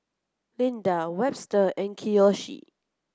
Linda Webster and Kiyoshi